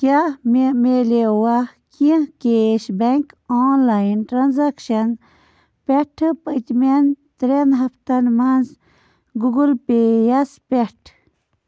کیٛاہ مےٚ میلیوا کیٚنٛہہ cash bank online transaction پٮ۪ٹھٕ پٔتۍمٮ۪ن ترٛٮیٚن ہفتن منٛز گوٗگُل پےٚ یَس پٮ۪ٹھ